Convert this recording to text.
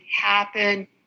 happen